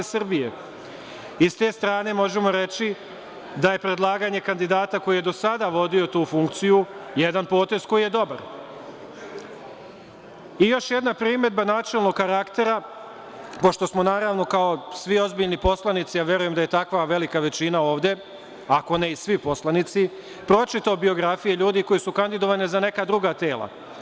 Sa te strane, možemo reći da je predlaganje kandidata koji je do sada vodio tu funkciju jedan potez koji je dobar i još jedna primedba načelnog karaktera, pošto smo svi ozbiljni poslanici, a ja verujem da je takva i velika većina ovde, ako ne i svi poslanici, pročitao biografije ljudi koji su kandidovani za neka druga tela.